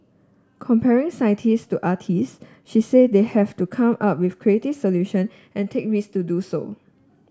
comparing scientist to artist she said they have to come up with creative solution and take risk to do so